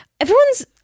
Everyone's